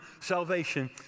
salvation